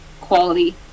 quality